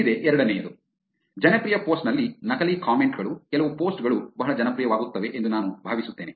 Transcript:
ಇಲ್ಲಿದೆ ಎರಡನೆಯದು ಜನಪ್ರಿಯ ಪೋಸ್ಟ್ ನಲ್ಲಿ ನಕಲಿ ಕಾಮೆಂಟ್ ಗಳು ಕೆಲವು ಪೋಸ್ಟ್ ಗಳು ಬಹಳ ಜನಪ್ರಿಯವಾಗುತ್ತವೆ ಎಂದು ನಾನು ಭಾವಿಸುತ್ತೇನೆ